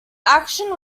action